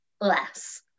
less